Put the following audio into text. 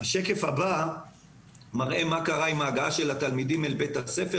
השקף הבא מראה מה קרה עם ההגעה של התלמידים לבית הספר